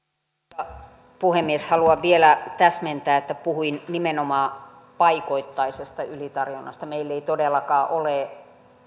arvoisa puhemies haluan vielä täsmentää että puhuin nimenomaan paikoittaisesta ylitarjonnasta meillä ei todellakaan ole